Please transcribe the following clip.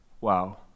wow